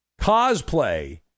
cosplay